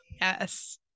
yes